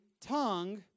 tongue